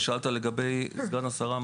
מה שאלת לגבי סגן השרה?